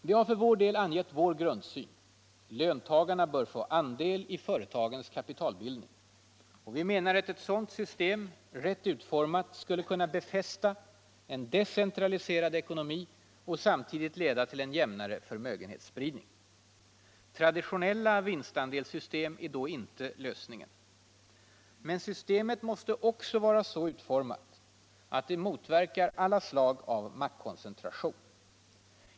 Vi har angett vår grundsyn: löntagarna bör få andel i företagens kapitalbildning. Vi menar att ett sådant system, rätt utformat, skulle kunna befästa en decentraliserad ekonomi och samtidigt leda till en jämnare förmögenhetsspridning. Traditionella vinstandelssystem är då inte lösningen. Men systemet måste också vara så utformat att det motverkar maktkoncentration.